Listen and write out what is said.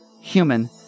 human